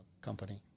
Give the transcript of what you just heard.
company